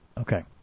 Okay